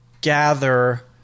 gather